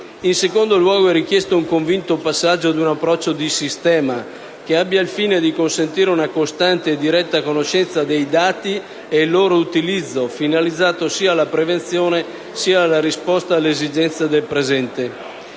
In secondo luogo, è richiesto un convinto passaggio ad un approccio di sistema che abbia il fine di consentire una costante e diretta conoscenza dei dati e il loro utilizzo finalizzato sia alla prevenzione sia alla risposta alle esigenze del presente.